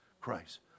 Christ